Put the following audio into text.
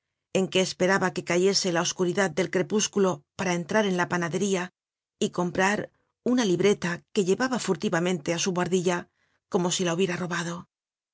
en que esperaba que cayese la oscuridad del crepúsculo para entrar en la panadería y comprar una libreta que llevaba furtivamente á su buhardilla como si la hubiera robado